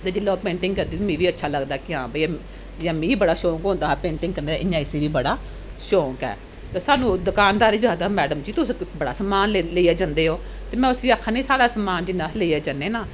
ते जिल्लै ओह् पेंटिंग करदी ते मी बी अच्छा लगदा कि हां भाई एह् जि'यां मी बड़ा शौंक होंदा हा पेंटिंग करने दा इ'यां इस्सी बी बड़ा शौंक ऐ ते सानूं दकानदार बी आखदा मैडम जी तुस बड़ा समान ले लेइयै जंदे ओ ते में उस्सी आखनीं साढ़ा समान जिन्ना अस लेइयै जन्नें ना